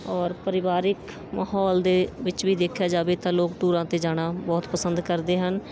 ਔਰ ਪਰਿਵਾਰਿਕ ਮਾਹੌਲ ਦੇ ਵਿੱਚ ਵੀ ਦੇਖਿਆ ਜਾਵੇ ਤਾਂ ਲੋਕ ਟੂਰਾਂ 'ਤੇ ਜਾਣਾ ਬਹੁਤ ਪਸੰਦ ਕਰਦੇ ਹਨ